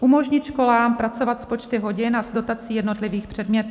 Umožnit školám pracovat s počty hodin a s dotací jednotlivých předmětů.